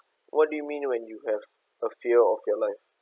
what do you mean when you have a fear of your life